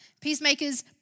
peacemakers